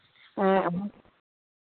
ᱦᱮᱸ